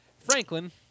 Franklin